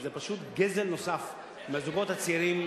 וזה פשוט גזל נוסף מהזוגות הצעירים,